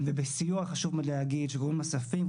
ובסיוע של גורמים נוספים,